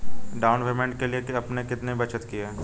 Down payment के लिए आपने कितनी बचत की है?